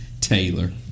Taylor